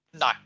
No